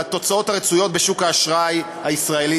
לתוצאות הרצויות בשוק האשראי הישראלי,